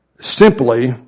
simply